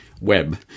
web